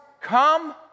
come